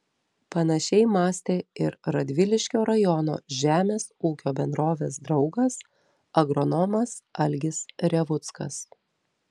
panašiai mąstė ir radviliškio rajono žemės ūkio bendrovės draugas agronomas algis revuckas